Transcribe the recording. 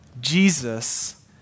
Jesus